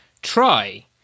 try